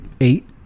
eight